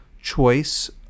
choice